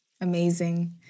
Amazing